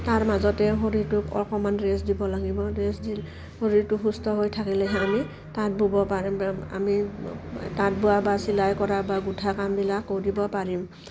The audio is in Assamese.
তাৰ মাজতে শৰীৰটোক অকণমান ৰেষ্ট দিব লাগিব ৰেষ্ট দি শৰীৰটো সুস্থ হৈ থাকিলেহে আমি তাঁত বুব পাৰিম আমি তাঁত বোৱা বা চিলাই কৰা বা গোঁঠা কামবিলাক কৰিব পাৰিম